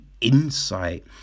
insight